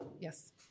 Yes